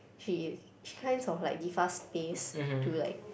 she she kinds of like give us space to like